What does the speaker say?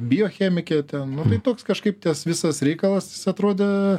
biochemikė ten nu tai toks kažkaip tas visas reikalas atrodė